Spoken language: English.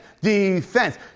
defense